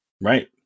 Right